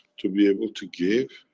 to be able to give,